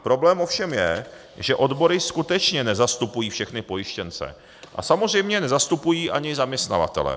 Problém ovšem je, že odbory skutečně nezastupují všechny pojištěnce a samozřejmě je nezastupují ani zaměstnavatelé.